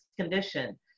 condition